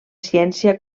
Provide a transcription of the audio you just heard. ciència